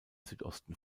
südosten